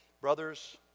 Brothers